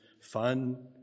fun